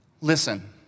listen